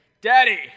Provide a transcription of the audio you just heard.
Daddy